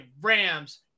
Rams